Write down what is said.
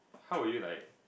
how will you like